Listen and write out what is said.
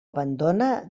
abandona